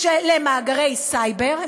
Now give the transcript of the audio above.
למאגרי סייבר,